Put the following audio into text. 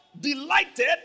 delighted